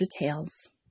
details